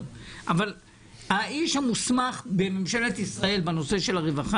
האיש המוסמך בממשלת ישראל בנושא הרווחה